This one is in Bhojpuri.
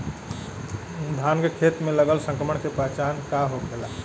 धान के खेत मे लगल संक्रमण के पहचान का होखेला?